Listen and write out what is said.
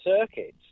circuits